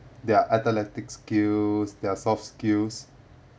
their athletic skills their soft skills